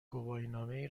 گواهینامه